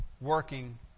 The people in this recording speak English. working